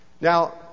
Now